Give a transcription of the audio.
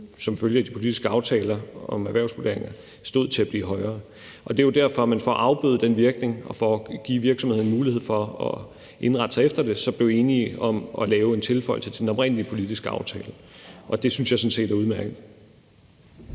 som følge af de politiske aftaler om erhvervsvurderinger stod til at blive højere. Det er jo derfor, altså for at afbøde den virkning og for at give virksomhederne en mulighed for at indrette sig efter det, så blev enige om at lave en tilføjelse til den oprindelige politiske aftale. Det synes jeg sådan set er udmærket.